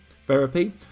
Therapy